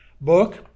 book